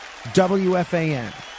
WFAN